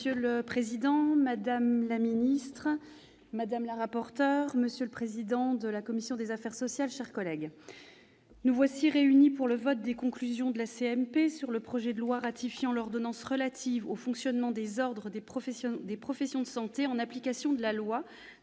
Monsieur le président, madame la ministre, monsieur le président de la commission des affaires sociales, madame la rapporteur, mes chers collègues, nous voici réunis pour le vote des conclusions de la CMP sur le projet de loi ratifiant l'ordonnance relative au fonctionnement des ordres des professions de santé, en application de la loi